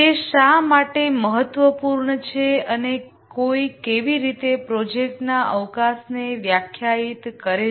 તે શા માટે મહત્વપૂર્ણ છે અને કોઈ કેવી રીતે પ્રોજેક્ટના સ્કોપને વ્યાખ્યાયિત કરે છે